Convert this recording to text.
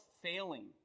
failing